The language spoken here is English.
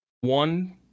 one